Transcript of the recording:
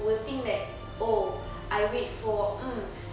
will think that oh I wait for mm